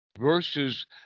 versus